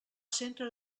centre